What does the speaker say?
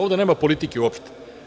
Ovde nema politike uopšte.